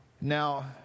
Now